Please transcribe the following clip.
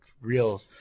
real